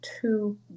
two